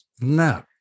No